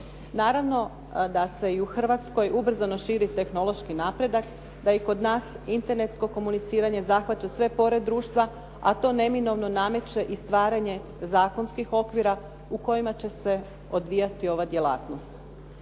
Naravno da se i u Hrvatskoj ubrzano širi tehnološki napredak, da i kod nas internetsko komuniciranje zahvaća sve pore društva a to neminovno nameće i stvaranje zakonskih okvira u kojima će se odvijati ova djelatnost.